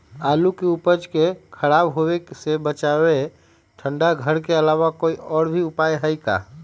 आलू के उपज के खराब होवे से बचाबे ठंडा घर के अलावा कोई और भी उपाय है का?